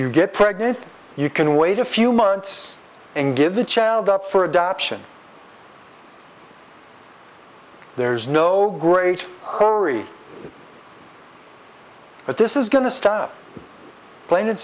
you get pregnant you can wait a few months and give the child up for adoption there's no great hurry but this is going to stop plain and